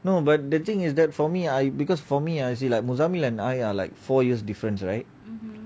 no but the thing is that for me I because for me you see like முசம்மி:mosambi and I are like four years difference right